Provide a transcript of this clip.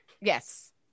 Yes